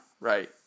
right